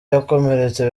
yakomeretse